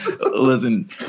Listen